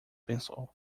pensou